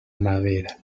madera